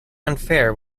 unfair